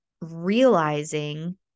realizing